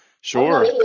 Sure